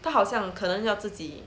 他好像可能要自己